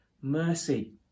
mercy